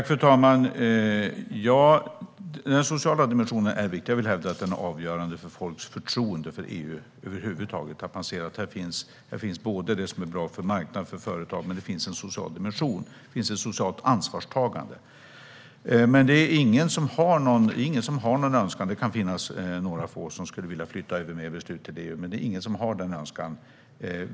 Fru talman! Den sociala dimensionen är viktig. Jag vill hävda att den är avgörande för folks förtroende för EU över huvud taget. Människor ska se att det finns inte bara det som är bra för marknaden och företagen utan även en social dimension - ett socialt ansvarstagande. Det kan finnas några få som skulle vilja flytta över fler beslut till EU, men det är ingen som har den önskan.